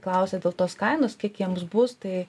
klausia dėl tos kainos kiek jiems bus tai